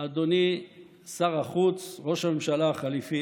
אדוני שר החוץ, ראש הממשלה החליפי?